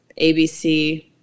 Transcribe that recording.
ABC